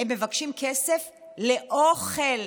הם מבקשים כסף לאוכל,